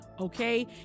okay